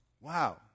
Wow